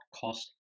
cost